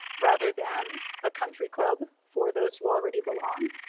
rather than a country club for those who already belong,